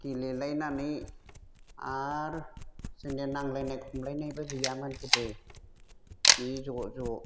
गेलेलायनानै आरो जोंने नांज्लायनाय खमज्लायनायबो गैयामोन गोदो जि ज' ज'